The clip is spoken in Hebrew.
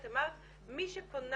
את אמרת מי שפונה,